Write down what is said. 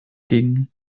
ging